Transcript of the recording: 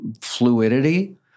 fluidity